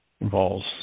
Involves